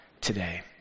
today